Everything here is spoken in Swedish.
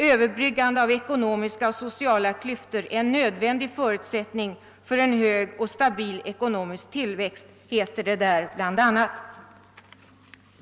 »Överbryggande av ekonomiska och sociala klyftor är en nödvändig förutsättning för en hög och stabil ekonomisk tillväxt», heter det bl.a. där.